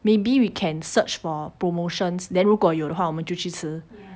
maybe we can search for promotions then 如果有的话我们就去吃